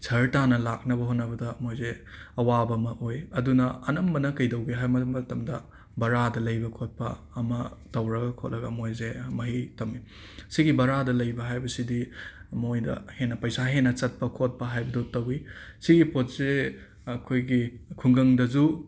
ꯁꯍꯔ ꯇꯥꯅ ꯂꯥꯛꯅꯕ ꯍꯣꯠꯅꯕꯗ ꯃꯣꯏꯖꯦ ꯑꯋꯥꯕ ꯑꯃ ꯑꯣꯏ ꯑꯗꯨꯅ ꯑꯅꯝꯕꯅ ꯀꯩꯗꯧꯒꯦ ꯍꯥꯏꯃ ꯃꯇꯝꯗ ꯕꯔꯥꯗ ꯂꯩꯕ ꯈꯣꯠꯄ ꯑꯃ ꯇꯧꯔꯒ ꯈꯣꯠꯂꯒ ꯃꯣꯏꯖꯦ ꯃꯍꯩ ꯇꯃꯤ ꯁꯤꯒꯤ ꯕꯔꯥꯗ ꯂꯩꯕ ꯍꯥꯏꯕꯁꯤꯗꯤ ꯃꯣꯏꯗ ꯍꯦꯟꯅ ꯄꯩꯁꯥ ꯍꯦꯟꯅ ꯆꯠꯄ ꯈꯣꯠꯄ ꯍꯥꯏꯕꯗꯣ ꯇꯧꯋꯤ ꯁꯤꯒꯤ ꯄꯣꯠꯁꯦ ꯑꯈꯣꯏꯒꯤ ꯈꯨꯡꯒꯪꯗꯁꯨ